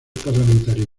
parlamentario